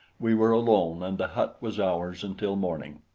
we were alone, and the hut was ours until morning.